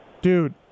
Dude